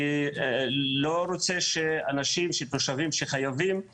אני לא רוצה שתושבים שחייבים יופתעו.